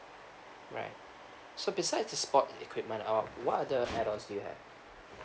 right so beside the sport equipment um what are the add ons you have